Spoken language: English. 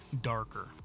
darker